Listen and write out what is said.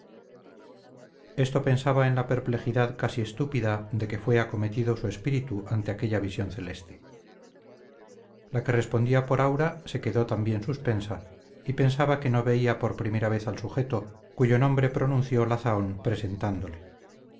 esto pensaba en la perplejidad casi estúpida de que fue acometido su espíritu ante aquella visión celeste la que respondía por aura se quedó también suspensa y pensaba que no veía por primera vez al sujeto cuyo nombre pronunció la zahón presentándole